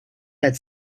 that